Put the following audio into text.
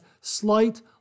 slight